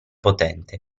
potente